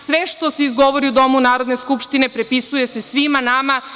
Sve što se izgovori u Domu Narodne skupštine pripisuje se svima nama.